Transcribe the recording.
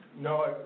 No